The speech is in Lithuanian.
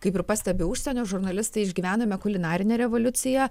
kaip ir pastebi užsienio žurnalistai išgyvename kulinarinę revoliuciją